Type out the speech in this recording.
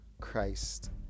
Christ